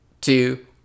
Two